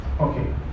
Okay